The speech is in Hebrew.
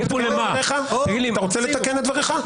אתה רוצה לתקן את דבריך?